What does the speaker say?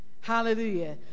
Hallelujah